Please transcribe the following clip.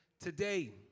today